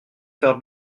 faire